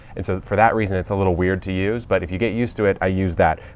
and so for that reason, it's a little weird to use. but if you get used to it, i use that.